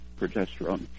progesterone